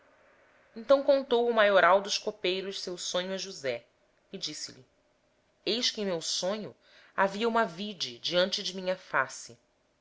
então contou o copeiro mor o seu sonho a josé dizendo-lhe eis que em meu sonho havia uma vide diante de mim e